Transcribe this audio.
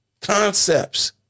Concepts